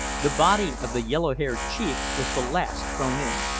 the body of the yellow-haired chief was the last thrown in.